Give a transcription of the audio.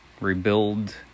rebuild